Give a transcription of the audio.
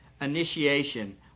initiation